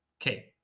Okay